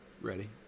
Ready